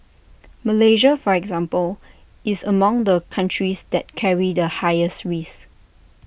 Malaysia for example is among the countries that carry the highest risk